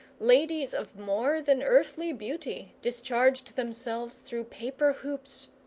ladies of more than earthly beauty discharged themselves through paper hoops?